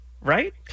right